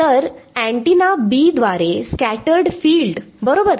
तर antenna B द्वारे scattered field बरोबर